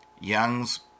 Young's